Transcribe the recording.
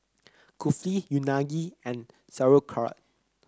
Kulfi Unagi and Sauerkraut